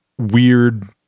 weird